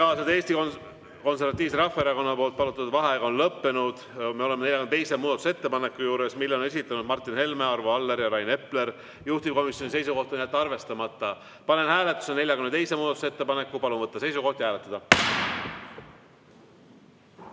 Eesti Konservatiivse Rahvaerakonna palutud vaheaeg on lõppenud. Me oleme 42. muudatusettepaneku juures, mille on esitanud Martin Helme, Arvo Aller ja Rain Epler. Juhtivkomisjoni seisukoht on jätta arvestamata. Panen hääletusele 42. muudatusettepaneku. Palun võtta seisukoht ja hääletada!